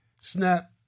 snap